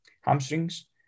hamstrings